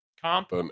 Comp